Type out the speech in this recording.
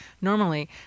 normally